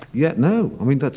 yeah, no. i mean,